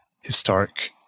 historic